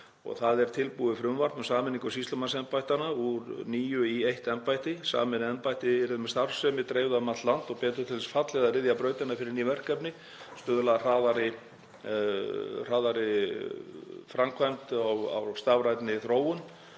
Það er tilbúið frumvarp um sameiningu sýslumannsembættanna úr níu í eitt embætti. Sameinuð embætti yrðu með starfsemi dreifða um allt land og betur til þess fallin að ryðja brautina fyrir ný verkefni og stuðla að hraðari framkvæmd á stafrænni þróun.